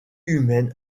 humaines